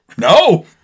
No